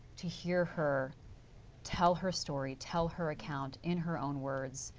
to hear her tell her story, tell her account, in her own words,